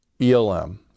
ELM